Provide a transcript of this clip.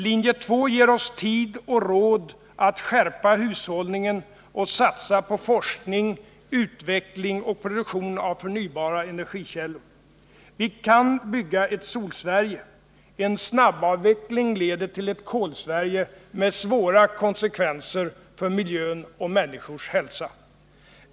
Linje 2 ger oss tid och råd att skärpa hushållningen och satsa på forskning, utveckling och produktion av förnybara energikällor. Vi kan bygga ett Solsverige. En snabbavveckling leder till ett Kolsverige med svåra konsekvenser för miljön och människors hälsa.